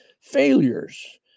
failures